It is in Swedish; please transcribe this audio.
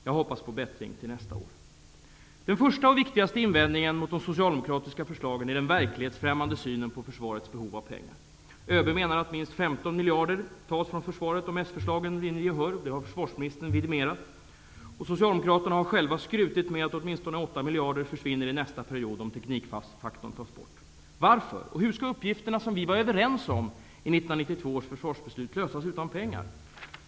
Jag hoppas på bättring till nästa år. Den första och viktigaste invändningen mot de socialdemokratiska förslagen är den verklighetsfrämmande synen på försvarets behov av pengar. ÖB menar att minst 15 miljarder tas från försvaret om de socialdemokratiska förslagen vinner gehör. Det har försvarsministern vidimerat. Socialdemokraterna har själva skrutit med att åtminstone åtta miljarder försvinner i nästa period om teknikfaktorn tas bort. Varför? Hur skall de uppgifter som vi var överens om i 1992 års försvarsbeslut kunna lösas utan pengar?